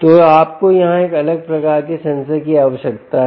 तो आपको यहां एक अलग प्रकार के सेंसर की आवश्यकता है